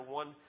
one